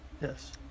yes